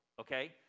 Okay